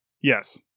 Yes